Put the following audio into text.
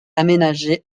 aménagée